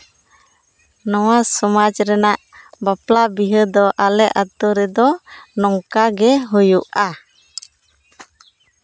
ᱱᱚᱣᱟ ᱥᱚᱢᱟᱡᱽ ᱨᱮᱱᱟᱜ ᱵᱟᱯᱞᱟ ᱵᱤᱦᱟᱹ ᱫᱚ ᱟᱞᱮ ᱟᱛᱳ ᱨᱮᱫᱚ ᱱᱚᱝᱠᱟ ᱜᱮ ᱦᱩᱭᱩᱜᱼᱟ